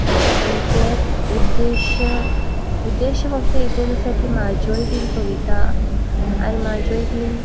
अशें अमकेच उद्देश उद्देश फक्त एकच आसा की म्हाज्यो बीन कविता आनी म्हाज्योय बीन